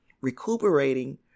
recuperating